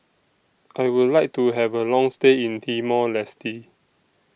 I Would like to Have A Long stay in Timor Leste